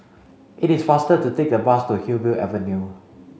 it is faster to take the bus to Hillview Avenue